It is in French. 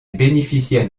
bénéficiaires